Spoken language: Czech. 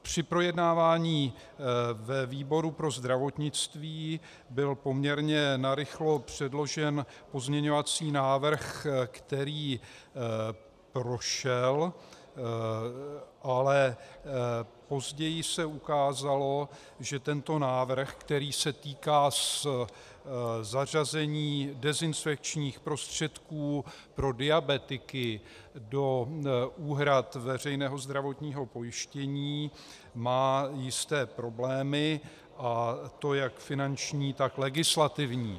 Při projednávání ve výboru pro zdravotnictví byl poměrně narychlo předložen pozměňovací návrh, který prošel, ale později se ukázalo, že tento návrh, který se týká zařazení dezinfekčních prostředků pro diabetiky do úhrad veřejného zdravotního pojištění, má jisté problémy, a to jak finanční, tak legislativní.